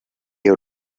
your